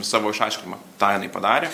savo išaiškinimą tą jinai padarė